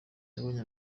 yabonye